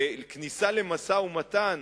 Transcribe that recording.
וכניסה למשא-ומתן